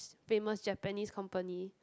famous Japanese company